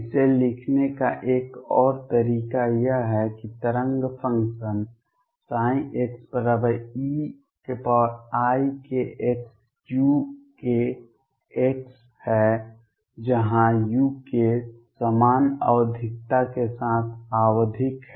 इसे लिखने का एक और तरीका यह है कि तरंग फंक्शन xeikxukx है जहां uk समान आवधिकता के साथ आवधिक है